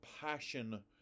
passion